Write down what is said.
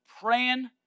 praying